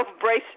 brace